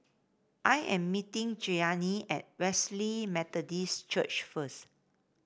I am meeting Cheyanne at Wesley Methodist Church first